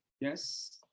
yes